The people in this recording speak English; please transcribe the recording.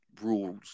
rules